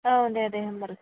औ दे दे होम्बालाय